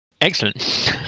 excellent